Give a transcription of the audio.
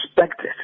respected